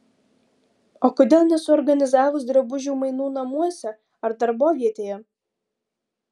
o kodėl nesuorganizavus drabužių mainų namuose ar darbovietėje